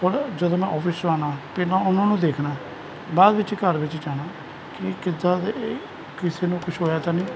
ਔਰ ਜਦੋਂ ਮੈਂ ਆਫਿਸ ਤੋਂ ਆਉਣਾ ਪਹਿਲਾਂ ਉਹਨਾਂ ਨੂੰ ਦੇਖਣਾ ਬਾਅਦ ਵਿੱਚ ਘਰ ਵਿੱਚ ਜਾਣਾ ਕਿ ਕਿੱਦਾਂ ਦੇ ਇਹ ਕਿਸੇ ਨੂੰ ਕੁਛ ਹੋਇਆ ਤਾਂ ਨਹੀਂ